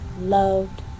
loved